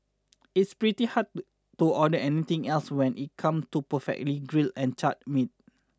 it's pretty hard to order anything else when it come to perfectly grilled and charred meats